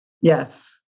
Yes